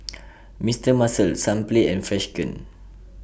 Mister Muscle Sunplay and Freshkon